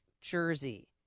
jersey